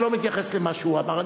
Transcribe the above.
אני לא מתייחס למה שהוא אמר.